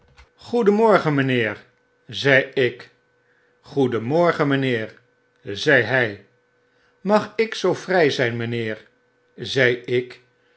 goedenmorgen mynheer zeiik goedenmorgen mynheer zei hij mag ik zoo vry zyn mynheer zei ik